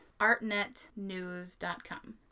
artnetnews.com